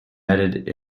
added